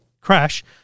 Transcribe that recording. crash